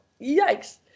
Yikes